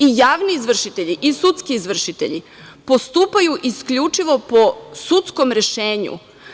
I javni izvršitelji i sudski izvršitelji postupaju isključivo po sudskom rešenju.